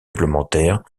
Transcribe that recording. réglementaires